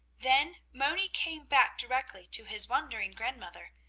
then moni came back directly to his wondering grandmother,